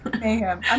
Mayhem